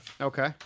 Okay